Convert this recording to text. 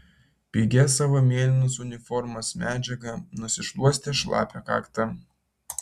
pigia savo mėlynos uniformos medžiaga nusišluostė šlapią kaktą